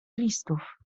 lisów